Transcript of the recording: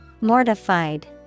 Mortified